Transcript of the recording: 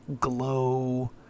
Glow